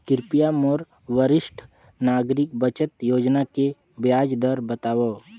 कृपया मोला वरिष्ठ नागरिक बचत योजना के ब्याज दर बतावव